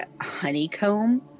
honeycomb